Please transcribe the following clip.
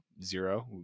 zero